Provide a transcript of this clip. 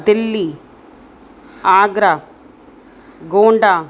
Delhi Agra Gonda